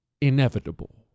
inevitable